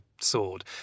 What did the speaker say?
sword